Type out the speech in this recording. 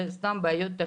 זה סתם בעיות טכניות.